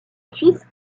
fils